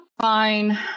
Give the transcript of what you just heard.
fine